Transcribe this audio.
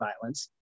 violence